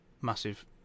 Massive